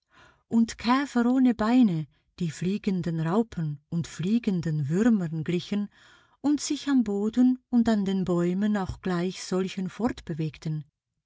und käfer ohne beine die fliegenden raupen und fliegenden würmern glichen und sich am boden und an den bäumen auch gleich solchen fortbewegten